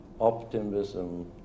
optimism